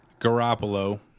Garoppolo